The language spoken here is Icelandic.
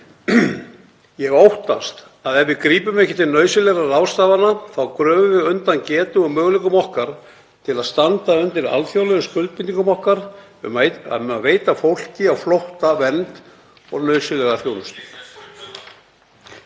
Ég óttast að ef við grípum ekki til nauðsynlegra ráðstafana þá gröfum við undan getu og möguleikum okkar til að standa undir alþjóðlegum skuldbindingum okkar um að veita fólki á flótta vernd og nauðsynlega þjónustu.